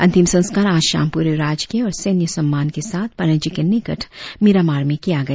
अंतिम संस्कार आज शाम पूरे राजकीय और सैन्य सम्मान के साथ पणजी के निकट मिरामार में किया गया